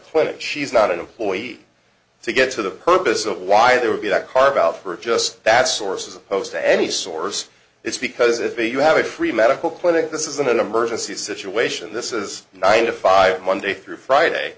clinic she's not an employee to get to the purpose of why there would be that carve out for just that source as opposed to any source it's because if you have a free medical clinic this isn't an emergency situation this is ninety five monday through friday